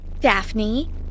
Daphne